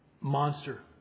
monster